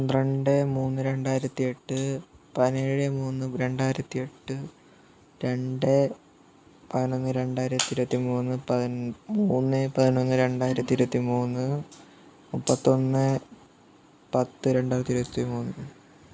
പന്ത്രണ്ട് മൂന്ന് രണ്ടായിരത്തി എട്ട് പതിനേഴ് മൂന്ന് രണ്ടായിരത്തി എട്ട് രണ്ട് പതിനൊന്ന് രണ്ടായിരത്തി ഇരുപത്തി മൂന്ന് മൂന്ന് രണ്ടായിരത്തി ഇരുപത്തി മൂന്ന് മുപ്പത്തൊന്ന് പത്ത് രണ്ടായിരത്തി ഇരുപത്തി മൂന്ന്